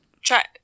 Try